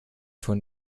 von